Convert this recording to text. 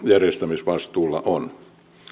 järjestämisvastuulla ovat